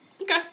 Okay